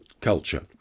culture